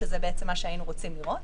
שזה בעצם מה שהיינו רוצים לראות.